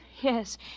Yes